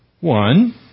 one